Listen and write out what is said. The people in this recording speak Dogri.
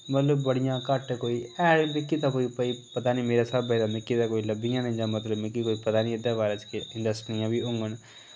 मतलब बड़ियां घट कोई है मिकी ते कोई भाई पता निं मेरे स्हाबे ते मिकी ते कोई लब्भियां निं जां मतलब मिकी कोई पता नेईं इ'दे बारे च कि इंडस्ट्रियां बी होङन